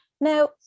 now